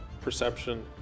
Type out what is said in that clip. perception